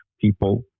people